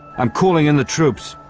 i'm calling in the troops.